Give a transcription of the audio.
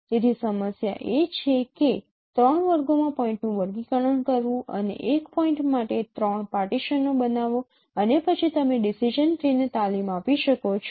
તેથી સમસ્યા એ છે કે 3 વર્ગોમાં પોઇન્ટનું વર્ગીકરણ કરવું અને એક પોઈન્ટ માટે 3 પાર્ટીશનો બનાવો અને પછી તમે ડિસિજન ટ્રી ને તાલીમ આપી શકો છો